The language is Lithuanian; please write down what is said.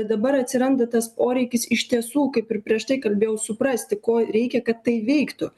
dabar atsiranda tas poreikis iš tiesų kaip ir prieš tai kalbėjau suprasti ko reikia kad tai veiktų